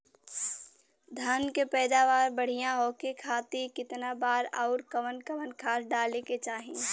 धान के पैदावार बढ़िया होखे खाती कितना बार अउर कवन कवन खाद डाले के चाही?